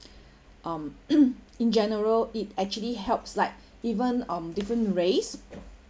um in general it actually helps like even um different race